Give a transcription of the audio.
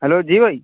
hello جی بھائی